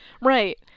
Right